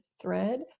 thread